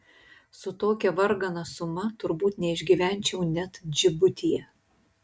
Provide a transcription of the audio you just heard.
su tokia vargana suma turbūt neišgyvenčiau net džibutyje